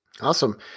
Awesome